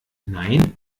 nein